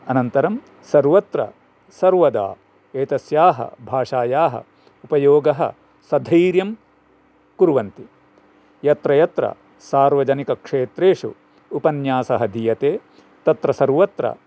अनन्तरं सर्वत्र सर्वदा एतस्याः भाषायाः उपयोगः सधैर्यं कुर्वन्ति यत्र यत्र सार्वजनिकक्षेत्रेषु उपन्यासः दीयते तत्र सर्वत्र